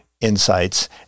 insights